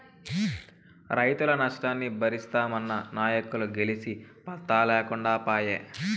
రైతుల నష్టాన్ని బరిస్తామన్న నాయకులు గెలిసి పత్తా లేకుండా పాయే